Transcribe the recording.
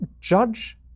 judge